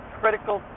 critical